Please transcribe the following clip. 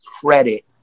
credit